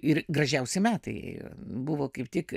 ir gražiausi metai buvo kaip tik